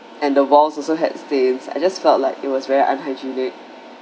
and the walls also had stains I just felt like it was very unhygienic